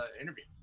interview